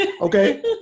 Okay